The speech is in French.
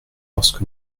lorsque